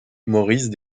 maurice